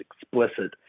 explicit